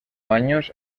años